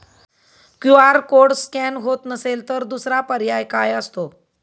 QR code scan होत नसेल तर दुसरा पर्याय काय असतो?